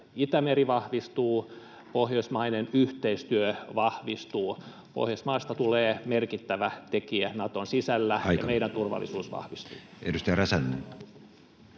Itämeri vahvistuu, Pohjoismainen yhteistyö vahvistuu. Pohjoismaista tulee merkittävä tekijä Naton sisällä [Puhemies: Aika!], ja meidän turvallisuutemme vahvistuu.